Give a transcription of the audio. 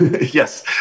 Yes